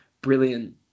brilliant